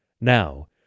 Now